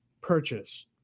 purchase